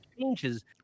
changes